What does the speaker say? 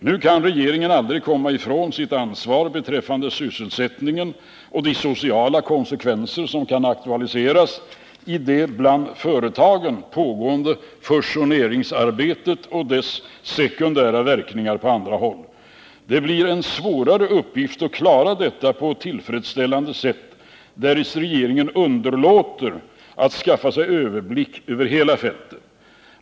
Nu kan regeringen aldrig komma ifrån sitt ansvar beträffande sysselsättningen och de sociala konsekvenser som kan aktualiseras i det bland företagen pågående fusioneringsarbetet och dess sekundära verkningar på andra håll. Det blir en svårare uppgift att klara detta på ett tillfredsställande sätt, därest regeringen underlåter att skaffa sig överblick över hela fältet.